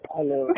Hello